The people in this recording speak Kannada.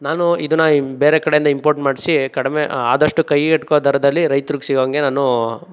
ನಾನು ಇದನ್ನು ಇಮ್ ಬೇರೆ ಕಡೆಯಿಂದ ಇಂಪೋರ್ಟ್ ಮಾಡಿಸಿ ಕಡಿಮೆ ಆದಷ್ಟು ಕೈಗೆಟುಕೋ ದರದಲ್ಲಿ ರೈತ್ರಿಗೆ ಸಿಗೋವಂಗೆ ನಾನು